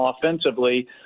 offensively